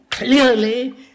clearly